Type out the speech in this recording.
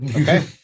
Okay